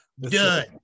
Done